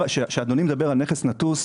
כשאדוני מדבר על נכס נטוש,